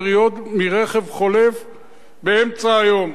יריות מרכב חולף באמצע היום,